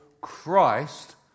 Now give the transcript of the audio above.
Christ